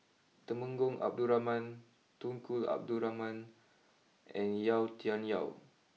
Temenggong Abdul Rahman Tunku Abdul Rahman and Yau Tian Yau